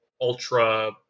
Ultra